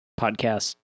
podcast